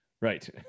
Right